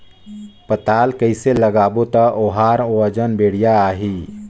पातल कइसे लगाबो ता ओहार वजन बेडिया आही?